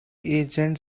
agent